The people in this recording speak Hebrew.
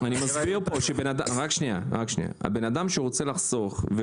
אני מסביר שאדם שרוצה לחסוך,